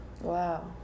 Wow